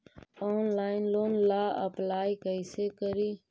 Online loan ला apply कैसे करी?